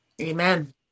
Amen